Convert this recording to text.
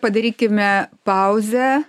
padarykime pauzę